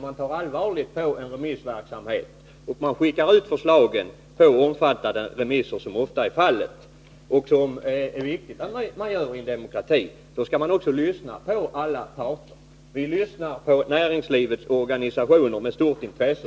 man tar allvarligt på remissverksamheten och skickar ut förslag på omfattande remisser — vilket ofta är fallet och vilket är viktigt att göra i en demokrati — då skall man också lyssna på alla parter. Vi lyssnar på näringslivets organisationer med stort intresse.